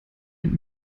mit